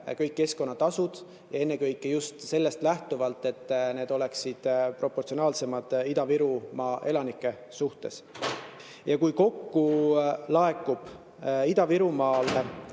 kõik keskkonnatasud, ennekõike just sellest lähtuvalt, et need oleksid proportsionaalsemad Ida-Virumaa elanike suhtes. Kui kokku laekub Ida-Virumaalt